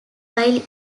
while